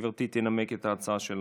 גברתי תנמק את ההצעה שלה.